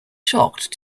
shocked